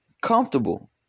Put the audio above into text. comfortable